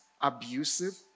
abusive